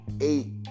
Eight